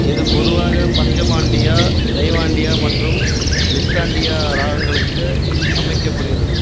இது பொதுவாக பஞ்சமாண்டியா தைவாண்டியா மற்றும் நிஷ்டாண்டியா ராகங்களுக்கு அமைக்கப்படுகிறது